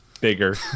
bigger